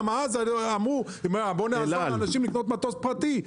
כי אז אמרו: "בואו נעזור לאנשים לקנות מטוס פרטי".